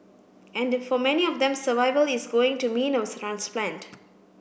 and for many of them survival is going to mean of transplant